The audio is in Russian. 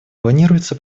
планируется